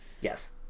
Yes